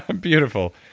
ah beautiful.